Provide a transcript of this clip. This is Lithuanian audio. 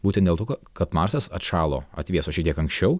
būtent dėl to kad marsas atšalo atvėso šiek tiek anksčiau